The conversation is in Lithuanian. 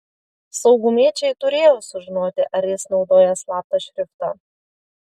saugumiečiai turėjo sužinoti ar jis naudoja slaptą šriftą